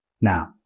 now